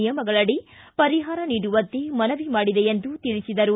ನಿಯಮಗಳಡಿ ಪರಿಹಾರ ನೀಡುವಂತೆ ಮನವಿ ಮಾಡಿದೆ ಎಂದು ತಿಳಿಸಿದರು